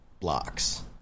blocks